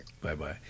bye-bye